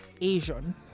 Asian